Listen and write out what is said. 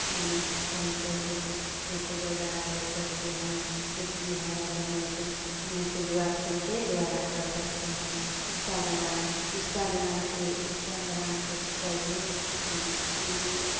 माने कहीं का कुछ फोटो वगैरह भेज सकते हैं कुछ भी है लो मेसेज मेसेज व्हाटसेप के द्वारा कर सकते हैं इस्टाग्राम इस्टाग्राम से इस्टाग्राम से पहले हम माने